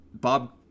Bob